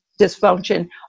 dysfunction